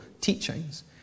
teachings